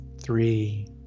three